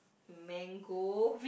mango